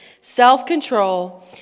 self-control